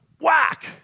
whack